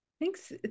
Thanks